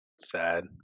Sad